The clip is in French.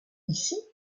ici